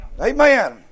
Amen